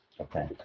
okay